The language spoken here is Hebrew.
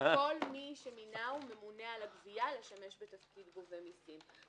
"כל מי שמינהו ממונה על הגבייה לשמש בתפקיד גובה מסים".